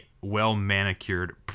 well-manicured